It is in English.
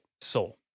Soul